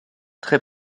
très